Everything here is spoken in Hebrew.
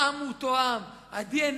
העם הוא אותו עם, ה-DNA